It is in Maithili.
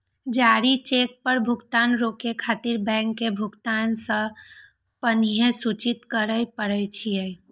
जारी चेक पर भुगतान रोकै खातिर बैंक के भुगतान सं पहिने सूचित करय पड़ै छै